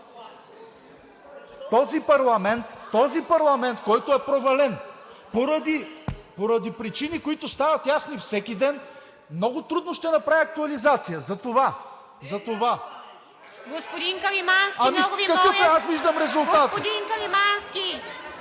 Този парламент, който е провален поради причини, които стават ясни всеки ден, много трудно ще направи актуализация! Затова... ЛЮБОМИР КАРИМАНСКИ (ИТН, от